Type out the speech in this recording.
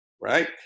right